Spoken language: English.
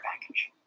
package